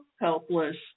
helpless